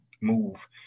move